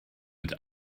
mit